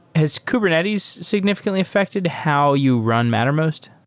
has kubernetes signifi cantly affected how you run mattermost?